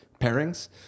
pairings